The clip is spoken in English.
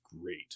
great